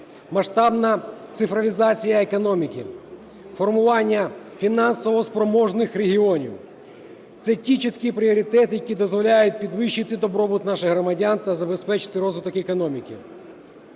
масштабна цифровізація економіки, формування фінансово спроможних регіонів. Це ті чіткі пріоритети, які дозволяють підвищити добробут наших громадян та забезпечити розвиток економіки.